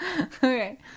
Okay